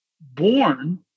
born